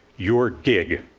your gig.